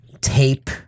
tape